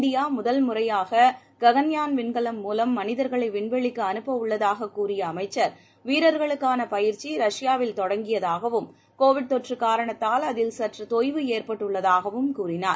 India முதல் முறையாக ககன்யாள் விண்கலம் மூவம் மனிதர்களை விண்வெளிக்கு அனுப்ப உள்ளதாக கூறிய அமைச்சர் வீரர்களுக்கான பயிற்சி ரஷ்யாவில் தொடங்கியதாகவும் கோவிட் தொற்று காரணத்தால் அதில் சற்று தொய்வு ஏற்பட்டுள்ளதாகவும் கூறினார்